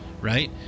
right